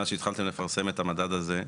מאז שהתחלתם לפרסם את המדד הזה,